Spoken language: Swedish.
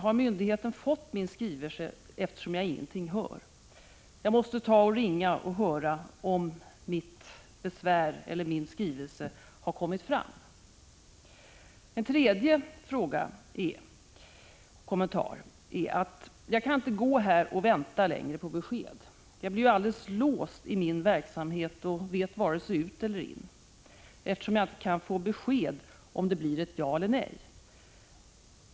Har myndigheten inte fått min skrivelse, eftersom jag ingenting hör? Jag måste ringa och höra om mitt besvär eller min skrivelse har kommit fram. Ytterligare en kommentar är: Jag kan inte gå här och vänta längre på besked. Jag blir alldeles låst i min verksamhet och vet varken ut eller in, eftersom jag inte får besked om det blir ett ja eller ett nej.